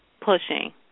pushing